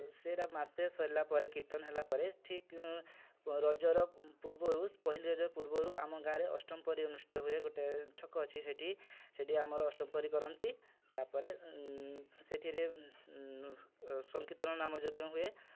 ସେଇଟା ମାସେ ସରିଲାପରେ କୀର୍ତ୍ତନ ହେଲାପରେ ଠିକ୍ ରଜର ପୂର୍ବରୁ ପହିଲି ରଜ ପୂର୍ବରୁ ଆମ ଗାଁରେ ଅଷ୍ଟପ୍ରହରୀ ଅନୁଷ୍ଠିତ ହୁଏ ଗୋଟେ ଛକ ଅଛି ସେଠି ସେଠି ଆମର ଅଷ୍ଟପ୍ରହରୀ କରନ୍ତି ତା'ପରେ ସେଥିରେ ସଂକୀର୍ତ୍ତନ ନାମ ଯଜ୍ଞ ହୁଏ